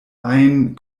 ajn